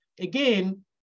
again